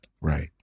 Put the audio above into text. Right